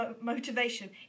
motivation